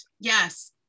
yes